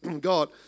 God